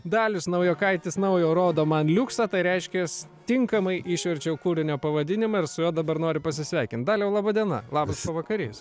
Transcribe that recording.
dalius naujokaitis naujo rodo man liuksą tai reiškias tinkamai išverčiau kūrinio pavadinimą ir su juo dabar noriu pasisveikint daliau laba diena labas pavakarys